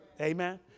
Amen